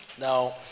Now